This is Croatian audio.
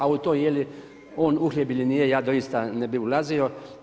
A u to jeli on uhljeb ili nije ja doista ne bi ulazio.